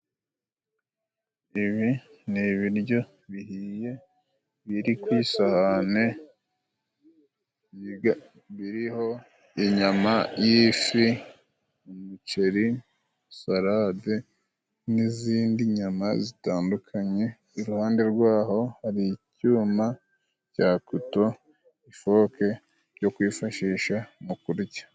Ibi ni ibiryo bihiye biri ku isahane biriho inyama y'ifi ,umuceri ,salade n'izindi nyama zitandukanye, iruhande rw'aho hari icyuma cya kuto, ifoke byo kwifashisha mu kurya.